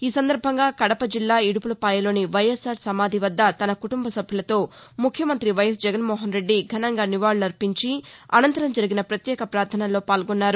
ఈ సందర్భంగా కడప జిల్లా ఇడుపులపాయలోని వైఎస్ఆర్ సమాధి వద్ద తన కుటుంబ సభ్యులతో ముఖ్యమంత్రి వైఎస్ జగన్ మోహన్ రెడ్డి ఘనంగా నివాళులు అర్పించి అనంతరం జరిగిన ప్రత్యేక ప్రార్ణనల్లో పాల్గొన్నారు